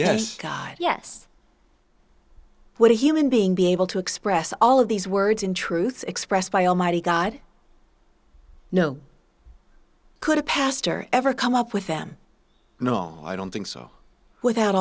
yes god yes what a human being be able to express all of these words in truth expressed by almighty god no could a pastor ever come up with them no i don't think so without